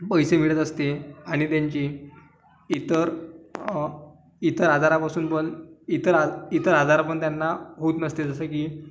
पैसे मिळत असते आणि त्यांची इतर इतर आजारापासून पण इतर आज इतर आजारा पण त्यांना होत नसते जसं की